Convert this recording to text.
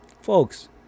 folks